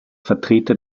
vertreter